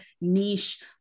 niche